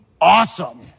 Awesome